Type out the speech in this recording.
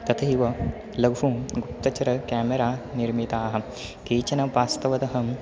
तथैव लघुं गुप्तचर केमेरा निर्मिताः केचन पास्तवदहं